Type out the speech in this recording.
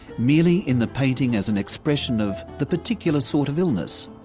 merely in the painting as an expression of the particular sort of illness.